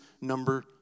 number